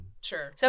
Sure